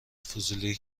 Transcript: فضولی